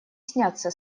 снятся